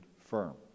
firm